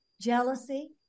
jealousy